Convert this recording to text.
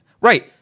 Right